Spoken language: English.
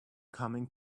coming